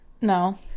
No